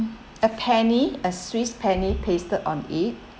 a penny a swiss penny pasted on it